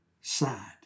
side